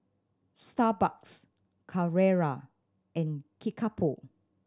Starbucks Carrera and Kickapoo